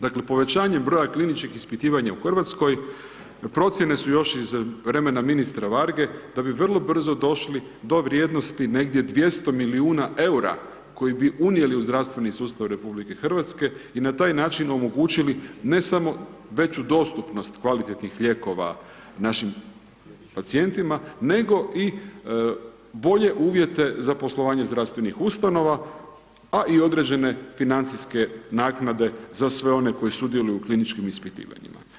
Dakle, povećanjem broja kliničkih ispitivanja u RH, procijene su još iz vremena ministra Varge, da bi vrlo brzo došli do vrijednosti negdje 200 milijuna EUR-a koji bi unijeli u zdravstveni sustav RH i na taj način omogućili, ne samo veću dostupnost kvalitetnih lijekova našim pacijentima, nego i bolje uvjete za poslovanje zdravstvenih ustanova, a i određene financijske naknade za sve one koji sudjeluju u kliničkim ispitivanjima.